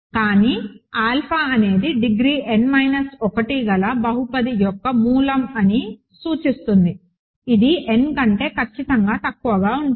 కానీ ఆల్ఫా అనేది degree n minus 1 గల బహుపది యొక్క మూలం అని సూచిస్తుంది ఇది n కంటే ఖచ్చితంగా తక్కువగా ఉంటుంది